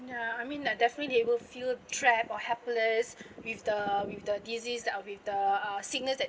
ya I mean that definitely they will feel trap or helpless with the with the disease that uh with the sickness that